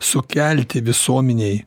sukelti visuomenei